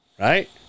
Right